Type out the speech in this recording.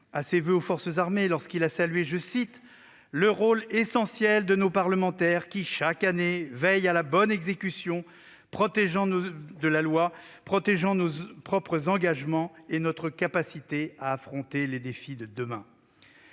adressés aux forces armées ; je l'ai entendu saluer « le rôle essentiel de nos parlementaires qui, chaque année, veillent à la bonne exécution de la loi, protégeant nos propres engagements et notre capacité à affronter les défis de demain ».